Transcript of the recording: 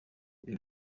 est